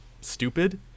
stupid